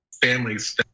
families